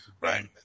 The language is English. Right